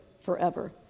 forever